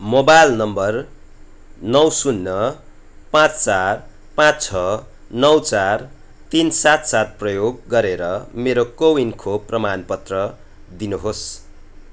mobile number नौ शून्य पाँच चार पाँच छ नौ चार तिन सात सात प्रयोग गरेर मेरो कोविन खोप प्रमाण पत्र दिनुहोस्